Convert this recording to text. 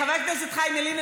חבר הכנסת חיים ילין,